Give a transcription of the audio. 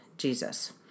Jesus